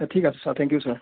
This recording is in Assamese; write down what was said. ঠিক আছে ছাৰ থ্যেংক ইউ ছাৰ